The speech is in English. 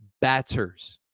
batters